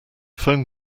phone